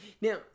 Now